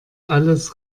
alles